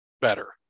better